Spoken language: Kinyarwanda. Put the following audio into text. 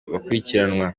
bakurikiranwa